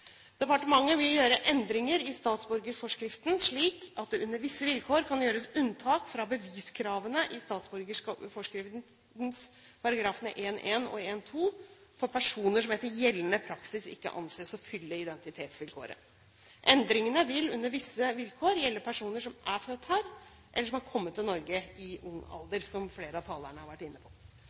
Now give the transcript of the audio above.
Departementet vil gjøre endringer i statsborgerforskriften, slik at det under visse vilkår kan gjøres unntak fra beviskravene i statsborgerforskriftens §§ 1-1 og 1-2 for personer som etter gjeldende praksis ikke anses å fylle identitetsvilkåret. Endringene vil under visse vilkår gjelde personer som er født her eller som har kommet til Norge i ung alder, som flere av talerne har vært inne på.